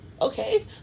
Okay